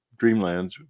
dreamlands